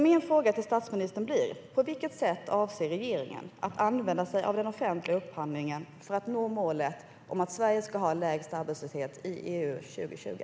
Min fråga till statsministern blir: På vilket sätt avser regeringen att använda sig av den offentliga upphandlingen för att nå målet om att Sverige ska ha lägst arbetslöshet i EU 2020?